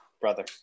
brother